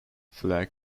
flag